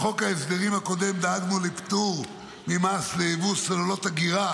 בחוק ההסדרים הקודם דאגנו לפטור ממס ליבוא סוללות אגירה,